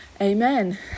amen